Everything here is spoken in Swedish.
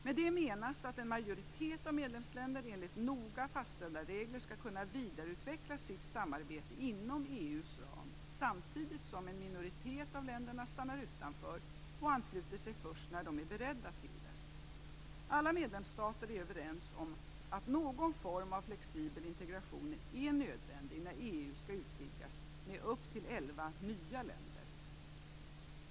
Med det menas att en majoritet av medlemsländerna enligt noga fastställda regler skall kunna vidareutveckla sitt samarbete inom EU:s ram samtidigt som en minoritet av länderna stannar utanför och ansluter sig först när de är beredda till det. Alla medlemsstater är överens om att någon form av flexibel integration är nödvändig när EU skall utvidgas med upp till elva nya länder.